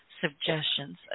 suggestions